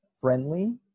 friendly